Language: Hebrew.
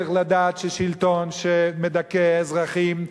צריך לדעת ששלטון שמדכא אזרחים,